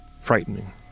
frightening